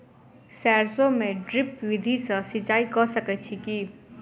सैरसो मे ड्रिप विधि सँ सिंचाई कऽ सकैत छी की?